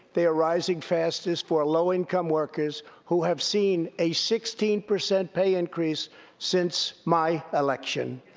they are rising fastest for low-income workers, who have seen a sixteen percent pay increase since my election.